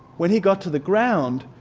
when he got to the ground,